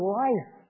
life